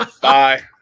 Bye